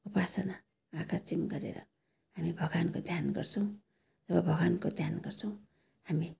उपासना आँखा चिम गरेर हामी भगवानको ध्यान गर्छौँ जब भगवानको ध्यान गर्छौँ हामी